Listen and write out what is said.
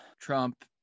Trump